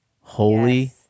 holy